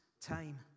time